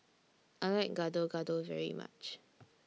I like Gado Gado very much